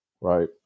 Right